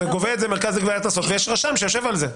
גובה את זה מרכז לגביית קנסות ויש רשם שיושב על זה.